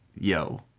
yo